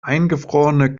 eingefrorene